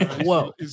Whoa